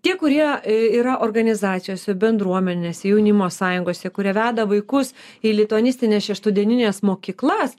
tie kurie yra organizacijose bendruomenėse jaunimo sąjungose kurie veda vaikus į lituanistines šeštadienines mokyklas